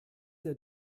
der